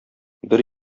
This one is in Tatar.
бер